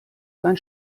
sein